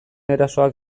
erasoak